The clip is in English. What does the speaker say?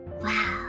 Wow